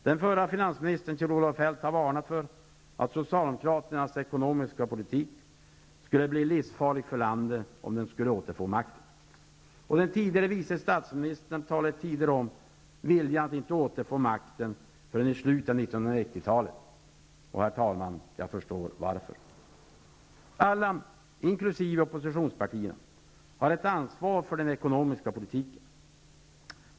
Den förre finansministern, Kjell-Olov Feldt, har varnat för att Socialdemokraternas ekonomiska politik skulle bli livsfarlig för landet om Socialdemokraterna skulle återfå makten, och den tidigare vice statsministern talade tidigare om att han inte ville återfå makten förrän i slutet av 1990-talet. Herr talman! Jag förstår varför. Alla, inkl. oppositionspartierna, har ett ansvar för den ekonomiska politiken.